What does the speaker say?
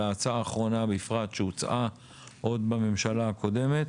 ההצעה האחרונה בפרט שהוצעה עוד בממשלה הקודמת.